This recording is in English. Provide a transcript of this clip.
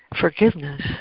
forgiveness